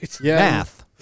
Math